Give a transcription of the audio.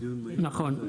נכון.